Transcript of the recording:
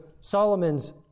Solomon's